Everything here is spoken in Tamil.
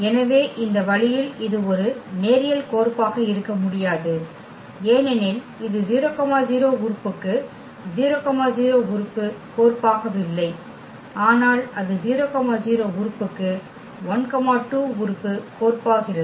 எனவே இந்த வழியில் இது ஒரு நேரியல் கோர்ப்பாக இருக்க முடியாது ஏனெனில் இது 00 உறுப்புக்கு 00 உறுப்பு கோர்பாகவில்லை ஆனால் அது 00 உறுப்புக்கு 12 உறுப்பு கோர்ப்பாகிறது